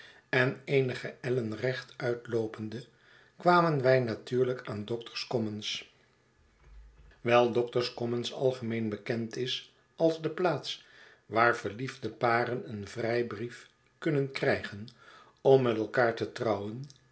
en eenige ellen rechtuitloopende kwamen wij natuurlijk aan doctor's commons wijl doctor's commons algemeen bekend is als de plaats waar verliefde paren een vrijbrief kunnen krijgen om met elkaar te trouwen